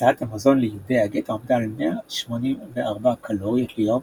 הקצאת המזון ליהודי הגטו עמדה על 184 קלוריות ליום